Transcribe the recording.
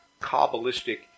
kabbalistic